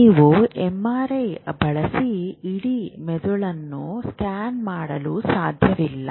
ನೀವು ಎಂಆರ್ಐ ಬಳಸಿ ಇಡೀ ಮೆದುಳನ್ನು ಸ್ಕ್ಯಾನ್ ಮಾಡಲು ಸಾಧ್ಯವಿಲ್ಲ